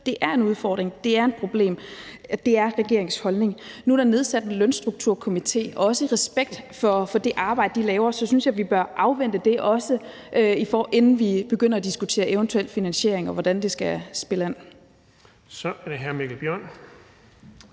det er en udfordring, og det er et problem. Det er regeringens holdning. Nu er der nedsat en Lønstrukturkomité, og også i respekt for det arbejde, de laver, synes jeg, vi bør afvente det, inden vi begynder at diskutere eventuel finansiering, og hvordan det skal stilles an. Kl. 18:08 Den fg.